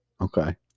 Okay